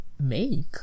make